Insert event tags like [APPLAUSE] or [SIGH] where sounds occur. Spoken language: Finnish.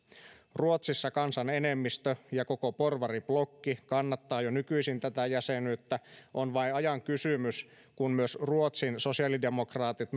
ruotsissa kansan enemmistö ja koko porvariblokki kannattavat jo nykyisin tätä jäsenyyttä on vain ajan kysymys kun myös ruotsin sosiaalidemokraatit [UNINTELLIGIBLE]